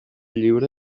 lliure